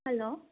hello